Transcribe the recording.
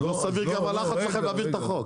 אז לא סביר גם הלחץ שלכם להעביר את החוק.